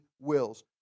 wills